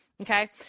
okay